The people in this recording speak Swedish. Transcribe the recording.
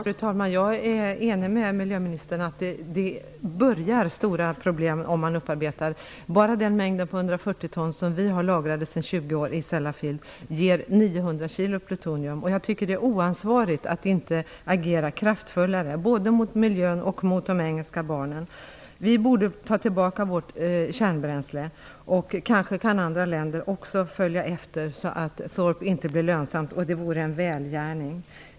Fru talman! Jag håller med miljöministern om att problemen bara börjar vid en upparbetning. Enbart de 140 ton uran som Sverige har lagrade i Sellafield sedan 20 år ger 900 kg plutonium. Det är oansvarigt att inte agera kraftfullare, både mot miljön och mot de engelska barnen. Sverige borde ta tillbaka sitt kärnbränsle. Kanske skulle även andra länder kunna efterfölja ett sådant exempel, så att upparbetningsanläggningen Thorp inte blir lönsam. Det vore en välgärning.